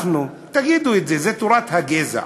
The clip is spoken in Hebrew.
תגידו את זה, זה תורת הגזע.